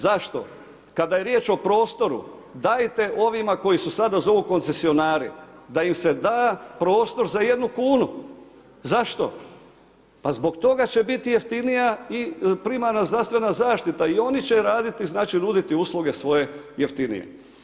Zašto, kada je riječ o prostoru dajete ovima koji se sada zovu koncesionari da im se da prostor za 1 kunu, zašto, pa zbog toga će biti jeftinija i primarna zdravstvena zaštita i oni će raditi znači nuditi usluge svoje jeftinije.